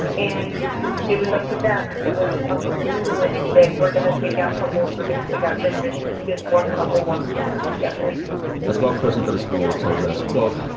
and it was up to them. it wasn't up to the school to say, we're going to take out couples. we're going to take out genders because one couple wants to run together a spokesperson for the school told us, quote,